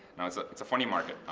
now, it's ah it's a funny market.